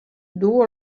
duu